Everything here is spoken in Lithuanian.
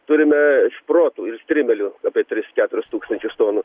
turime šprotų ir strimelių apie tris keturis tūkstančius tonų